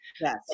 yes